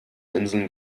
inseln